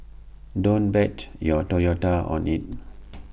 don't bet your Toyota on IT